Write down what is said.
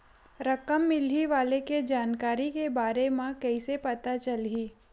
रकम मिलही वाले के जानकारी के बारे मा कइसे पता चलही?